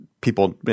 people